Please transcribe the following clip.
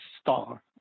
star